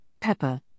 pepper